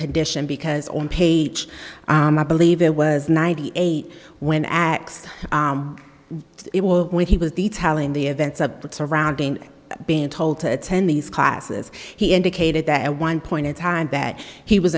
condition because on page i believe it was ninety eight when x it will when he was the telling the events of that surrounding being told to attend these classes he indicated that one point in time that he was